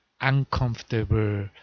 uncomfortable